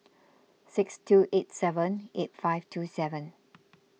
six two eight seven eight five two seven